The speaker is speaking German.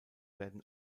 werden